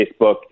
Facebook